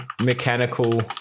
mechanical